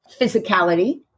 physicality